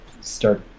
start